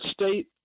state